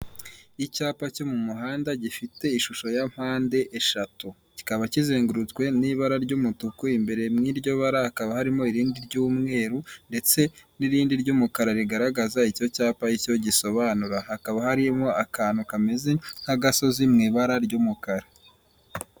Icyapa cyo mu muhanda gifite ishusho ya mpande eshatu, kikaba kizengurutswe n'ibara ry'umutuku, imbere muri iryo barakaba harimo irindi ry'umweru, ndetse n'irindi ry'umukara rigaragaza icyo cyapa icyo gisobanura, hakaba harimo akantu kameze nk'agasozi mu ibara ry'umukara.